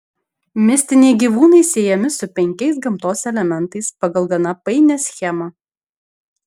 mistiniai gyvūnai siejami su penkiais gamtos elementais pagal gana painią schemą